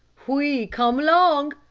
oui. come long,